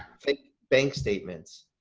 fake bank statements.